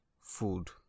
food